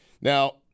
Now